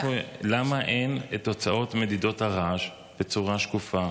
למה אין את תוצאות מדידות הרעש בצורה שקופה,